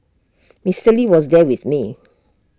Mr lee was there with me